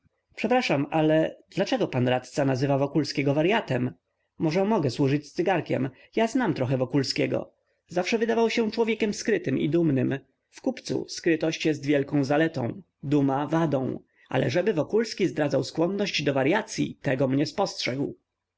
przepraszam ale dlaczego pan radca nazywa wokulskiego waryatem może mogę służyć cygarkiem ja trochę znam wokulskiego zawsze wydawał mi się człowiekiem skrytym i dumnym w kupcu skrytość jest wielką zaletą duma wadą ale żeby wokulski zdradzał skłonność do waryacyi tegom nie spostrzegł